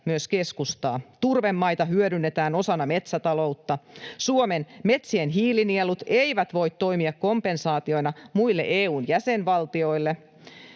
myös keskustaa. Turvemaita hyödynnetään osana metsätaloutta, [Anne Kalmari: Onko turve uusiutuvaa?] Suomen metsien hiilinielut eivät voi toimia kompensaatioina muille EU:n jäsenvaltioille,